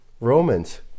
Romans